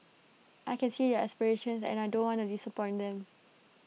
I can see their aspirations and I don't want disappoint them